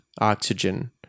oxygen